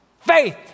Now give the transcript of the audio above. faith